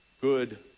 good